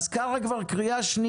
אז ככה זה עם קארה,